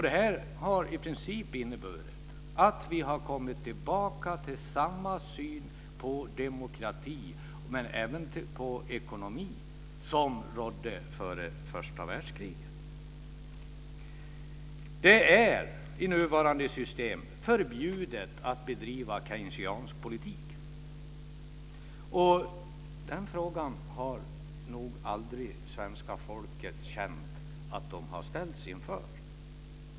Det har i princip inneburit att vi har kommit tillbaka till samma syn på demokrati men även på ekonomi som rådde vid tiden före första världskriget. Det är i nuvarande system förbjudet att bedriva keynesiansk politik. Den frågan har nog aldrig svenska folket känt att det ställts inför.